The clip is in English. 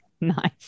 Nice